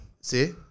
See